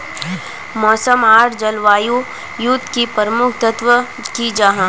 मौसम आर जलवायु युत की प्रमुख तत्व की जाहा?